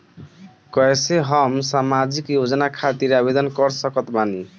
कैसे हम सामाजिक योजना खातिर आवेदन कर सकत बानी?